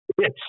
yes